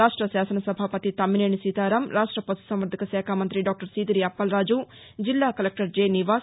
రాష్ట శాసన సభాపతి తమ్మినేని సీతారాం రాక్ష పశుసంవర్గకశాఖా మంతి డాక్లర్ సీదిరి అప్పలరాజు జిల్లా కలెక్లర్ జె నివాస్